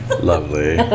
Lovely